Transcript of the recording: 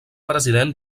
president